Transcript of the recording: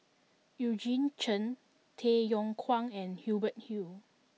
Eugene Chen Tay Yong Kwang and Hubert Hill